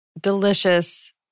delicious